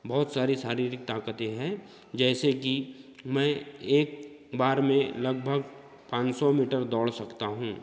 बहुत सारी शारीरिक ताकतें हैं जैसे कि मैं एक बार में लगभग पाँच सौ मीटर दौड़ सकता हूँ